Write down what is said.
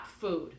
food